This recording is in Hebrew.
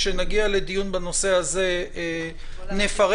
כשנגיע לדיון בנושא הזה, נפרט.